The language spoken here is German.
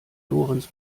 lorenz